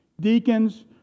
deacons